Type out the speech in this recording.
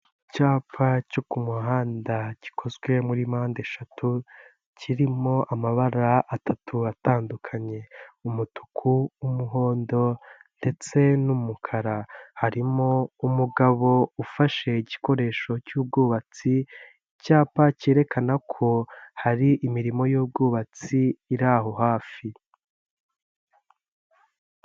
Icyapa cyo ku muhanda gikozwe muri mpandeshatu . Kirimo amabara atatu atandukanye: umutuku umuhondo ndetse n'umukara. Harimo umugabo ufashe igikoresho cy'ubwubatsi, icyapa cyerekana ko hari imirimo y'ubwubatsi iri aho hafi.